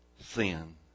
Sin